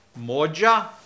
moja